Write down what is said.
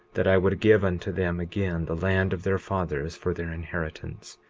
that i would give unto them again the land of their fathers for their inheritance,